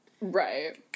Right